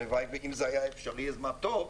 אם זה היה אפשרי אז מה טוב,